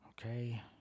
Okay